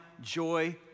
joy